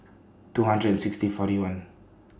two hundred and sixty forty one